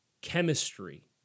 chemistry